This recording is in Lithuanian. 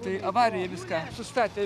tai avarija viską sustatė